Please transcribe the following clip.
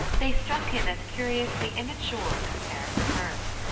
they struck him as curiously immature compared with hers.